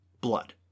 blood